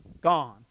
Gone